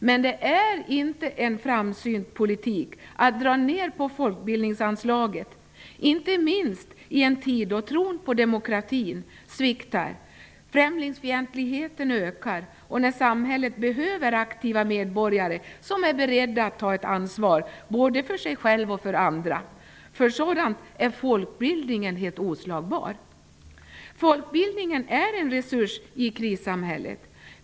Men det är inte en framsynt politik att dra ner på folkbildningsanslaget, allra minst i en tid då tron på demokratin sviktar, främlingsfientligheten ökar och samhället behöver aktiva medborgare som är beredda att ta ett ansvar både för sig själva och för andra. För sådant är folkbildningen helt oslagbar. Folkbildningen är en resurs i krissamhället.